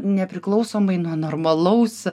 nepriklausomai nuo normalaus